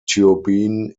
turbine